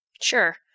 Sure